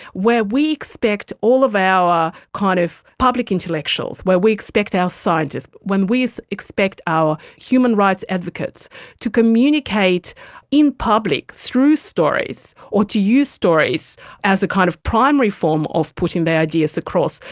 where we expect all of our kind of public intellectuals, where we expect our scientists, when we so expect our human rights advocates to communicate in public through stories or to use stories as a kind of primary form of putting their ideas across,